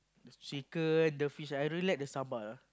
shaker the fish I really like the sambal